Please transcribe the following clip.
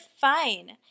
fine